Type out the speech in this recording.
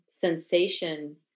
sensation